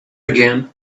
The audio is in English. again